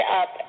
up